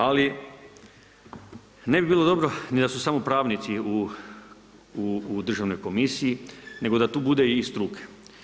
Ali, ne bi bilo dobro ni da su samo pravnici u Državnoj komisiji, nego da tu bude i struke.